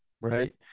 right